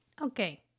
Okay